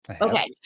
Okay